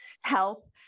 Health